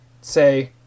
say